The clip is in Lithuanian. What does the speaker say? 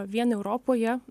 vien europoje